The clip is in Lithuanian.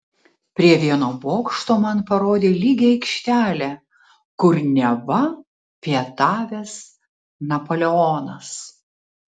prie vieno bokšto man parodė lygią aikštelę kur neva pietavęs napoleonas